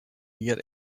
near